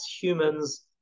humans